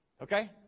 okay